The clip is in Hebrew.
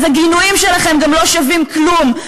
אז הגינויים שלכם גם לא שווים כלום,